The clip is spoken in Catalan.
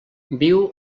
viu